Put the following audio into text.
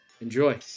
Enjoy